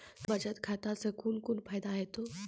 बचत खाता सऽ कून कून फायदा हेतु?